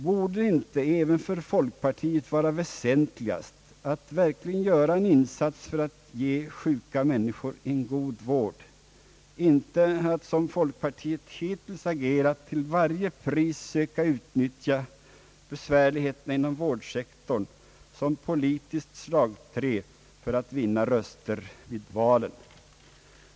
Borde det inte även för folkpartiet vara väsentligast att göra en insats för att ge sjuka människor en god vård? Som folkpartiet hittills har agerat, har man endast till varje pris sökt utnyttja besvärligheter inom vårdsektorn som politiskt slagträ för att vinna röster vid valen.